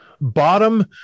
bottom